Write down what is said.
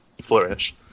flourish